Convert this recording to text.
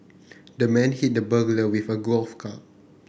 the man hit the burglar with a golf club